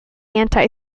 anti